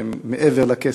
מעבר לכסף.